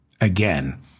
Again